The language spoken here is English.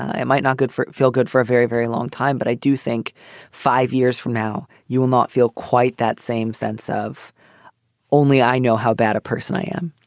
it might not good for feel-good for a very, very long time but i do think five years from now you will not feel quite that same sense of only i know how bad a person i am.